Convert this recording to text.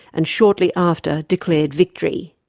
and shortly after declared victory.